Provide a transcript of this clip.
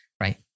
Right